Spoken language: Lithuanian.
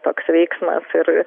toks veiksmas ir